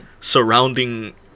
surrounding